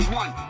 one